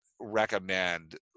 recommend